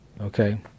okay